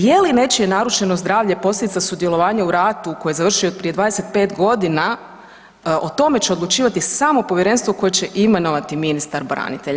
Je li nečije narušeno zdravlje posljedica sudjelovanja u ratu koji je završio od prije 25 g., o tome će odlučivati samo povjerenstvo koje će imenovati ministar branitelja.